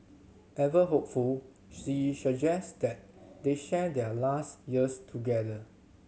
ever hopeful she suggests that they share their last years together